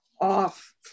off